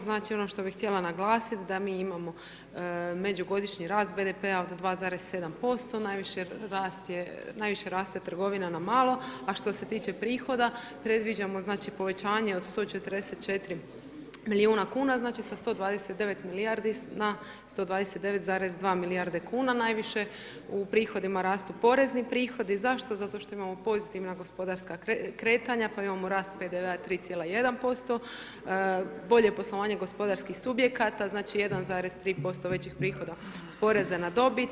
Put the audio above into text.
Znači, ono što bih htjela naglasiti da mi imamo međugodišnji rast BDP-a od 2,7% najviše raste trgovina na malo, a što se tiče prihoda, predviđamo znači povećanje od 144 milijuna kuna znači sa 129 milijardi na 129,2 milijarde kuna, najviše u prihodima rastu porezni prihodi, zašto, zato što imamo pozitivna gospodarska kretanja pa imamo rast PDV-a 3,1%, bolje poslovanje gospodarskih subjekata, znači 1,3% većih prihoda poreza na dobit.